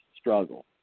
struggle